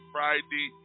Friday